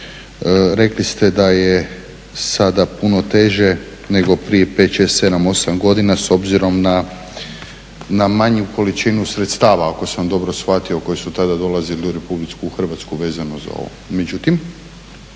rekli ste da je sada puno teže nego prije 5,6,7,8 godina s obzirom na manju količinu sredstava, ako sam dobro shvatio, koje su tada dolazile u RH vezano za ovo.